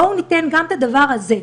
בואו נתן גם את הדבר הזה.